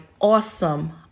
awesome